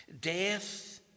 Death